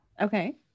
Okay